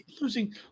Losing